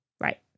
right